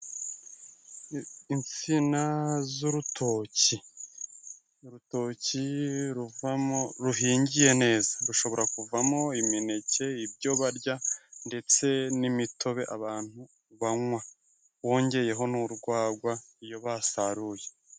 Insina z'urutoki. Urutoki ruvamo ruhingiye neza, rushobora kuvamo imineke, ibyo barya ndetse n'imitobe abantu banywa wongeyeho n'urwagwa iyo basaruye.